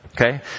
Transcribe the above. okay